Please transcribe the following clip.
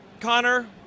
Connor